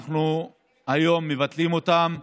אנחנו מבטלים אותן היום.